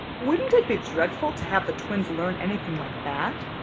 wouldn't it be dreadful to have the twins learn anything like that?